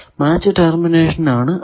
match termination ആണ് അത്